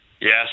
Yes